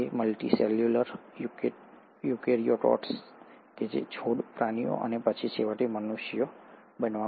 multi cellular eukaryotes છોડ પ્રાણીઓ અને પછી છેવટે મનુષ્યો બનવા માટે